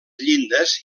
llindes